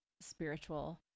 spiritual